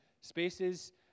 spaces